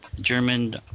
German